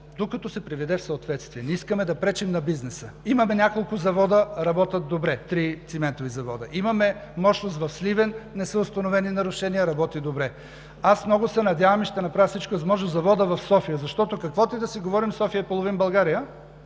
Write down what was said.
докато се приведе в съответствие. Не искаме да пречим на бизнеса. Имаме три циментови завода – работят добре. Имаме мощност в Сливен – не са установени нарушения, работи добре. Много се надявам и ще направя всичко възможно заводът в София – защото, каквото и да си говорим, София е половин България